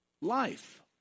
life